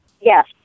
Yes